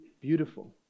beautiful